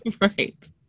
Right